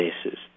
spaces